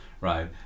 right